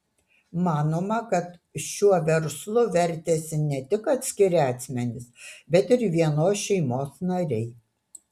manoma kad šiuo verslu vertėsi ne tik atskiri asmenys bet ir vienos šeimos nariai